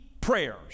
prayers